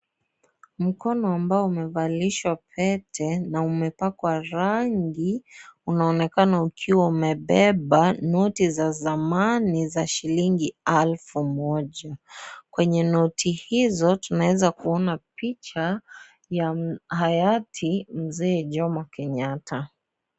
Mkono ambao umevalishwa pete na umepakwa rangi unaonekana ukiwa umebeba noti za zamani za shilingi elfu moja. Kwenye noti hizo tunaweza kuona picha ya hayati mzee Jomo Kenyatta.